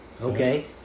Okay